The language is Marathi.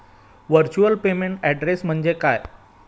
व्हर्च्युअल पेमेंट ऍड्रेस म्हणजे काय?